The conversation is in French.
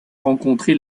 rencontré